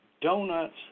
donuts